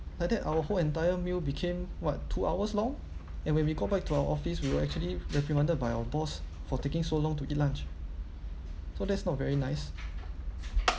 like that our whole entire meal became what two hours long and when we go back to our office will actually reprimanded by our boss for taking so long to eat lunch so that's not very nice